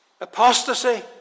Apostasy